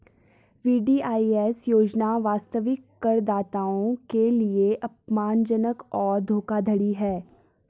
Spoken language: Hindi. वी.डी.आई.एस योजना वास्तविक करदाताओं के लिए अपमानजनक और धोखाधड़ी है